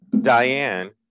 Diane